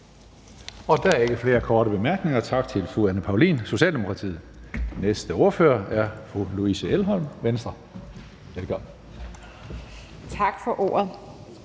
Der er ikke flere korte bemærkninger. Tak til fru Anne Paulin, Socialdemokratiet. Næste ordfører er fru Louise Elholm, Venstre. Velkommen.